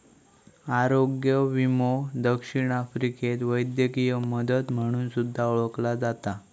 आरोग्य विमो दक्षिण आफ्रिकेत वैद्यकीय मदत म्हणून सुद्धा ओळखला जाता